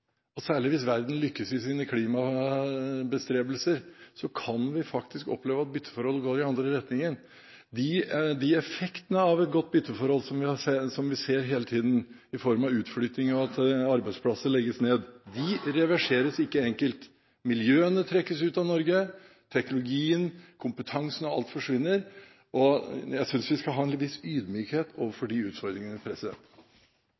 retningen. Særlig hvis verden lykkes i sine klimabestrebelser, kan vi faktisk oppleve at bytteforholdet går i den andre retningen. De effektene av et godt bytteforhold som vi ser hele tiden – i form av utflytting og at arbeidsplasser legges ned – reverseres ikke enkelt. Miljøene trekkes ut av Norge, teknologien, kompetansen og alt forsvinner, og jeg synes vi skal ha en viss ydmykhet